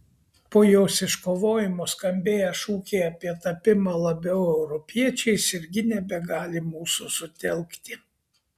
po jos iškovojimo skambėję šūkiai apie tapimą labiau europiečiais irgi nebegali mūsų sutelkti